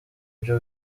ibyo